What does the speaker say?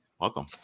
welcome